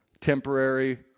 Temporary